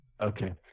Okay